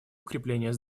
укреплении